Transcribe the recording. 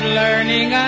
learning